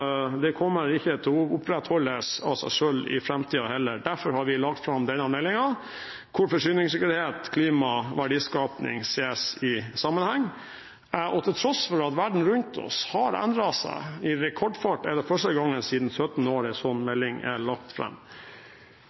det kommer ikke til å opprettholdes av seg selv i framtiden heller. Derfor har vi lagt fram denne meldingen, hvor forsyningssikkerhet, klima og verdiskaping ses i sammenheng. Til tross for at verden rundt oss har endret seg i rekordfart, er det første gang på 17 år en slik melding er lagt